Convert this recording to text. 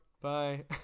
bye